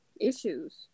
issues